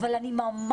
אבל אני בעד